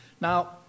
Now